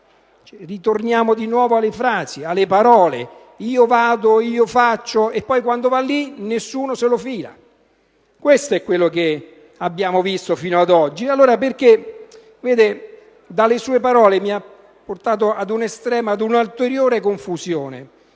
Ritorniamo di nuovo alle frasi, alle parole: io vado, io faccio. Poi, però, quando lei va lì, nessuno se lo fila! Questo è quello che abbiamo visto fino ad oggi. Le sue parole hanno ingenerato in me un'ulteriore confusione.